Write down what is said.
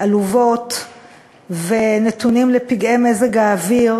עלובות ונתונים לפגעי מזג האוויר,